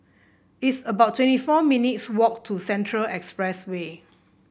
it's about twenty four minutes' walk to Central Expressway